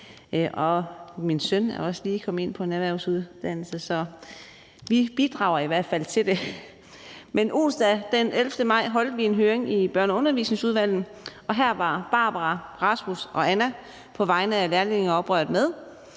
Min søn er også lige kommet ind på en erhvervsuddannelse, så vi bidrager i hvert fald. Onsdag den 11. maj holdt vi en høring i Børne- og Undervisningsudvalget, og her var Barbara, Rasmus og Anna på vegne af lærlingeoprøret med,